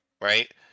right